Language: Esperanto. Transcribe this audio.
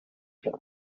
kio